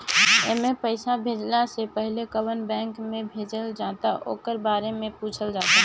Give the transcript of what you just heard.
एमे पईसा भेजला से पहिले कवना बैंक में भेजल जाता ओकरा बारे में पूछल जाता